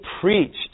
preached